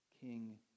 King